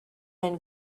then